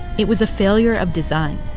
it was a failure of design.